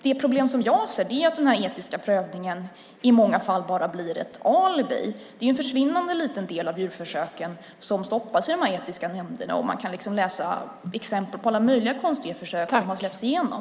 Det problem som jag ser är att denna etiska prövning i många fall bara blir ett alibi. Det är en försvinnande liten del av djurförsöken som stoppas i dessa etiska nämnder, och man kan läsa exempel på alla möjliga konstiga försök som har släppts igenom.